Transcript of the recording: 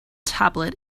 tablet